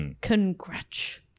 Congrats